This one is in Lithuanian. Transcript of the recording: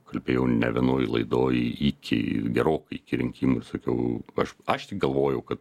kalbėjau ne vienoj laidoj iki gerokai iki rinkimų ir sakiau aš aš galvojau kad